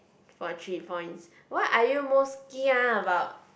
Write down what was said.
for three points what are you most kia about